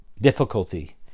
difficulty